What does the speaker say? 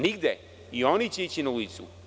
Nigde i oni će ići na ulicu.